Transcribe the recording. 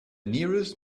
nearest